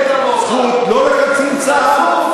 רק ככה עם מחבלים.